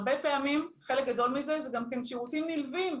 הרבה פעמים חלק גדול מזה הם שירותים נלווים,